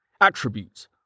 Attributes